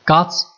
God's